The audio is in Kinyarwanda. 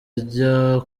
ajya